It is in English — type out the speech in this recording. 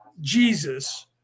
Jesus